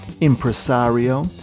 impresario